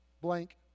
blank